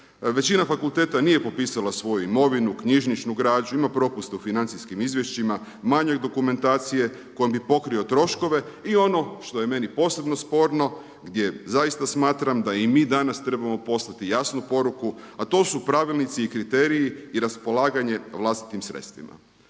Većina fakulteta nije popisala svoju imovinu, knjižničnu građu, ima propuste u financijskim izvješćima, manjak dokumentacije kojom bi pokrio troškove i ono što je meni posebno sporno gdje zaista smatram da i mi danas trebamo poslati jasnu poruku a to su pravilnici i kriteriji i raspolaganje vlastitom sredstvima.